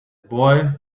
boy